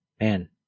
Man